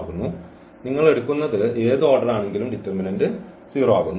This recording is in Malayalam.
ആകുന്നു നിങ്ങൾ എടുക്കുന്നത് ഏത് ഓർഡർ ആണെങ്കിലും ഡിറ്റർമിനന്റ് 0 ആകുന്നു